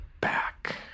Back